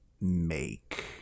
make